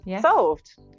Solved